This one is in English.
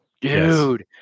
Dude